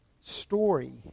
story